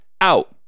out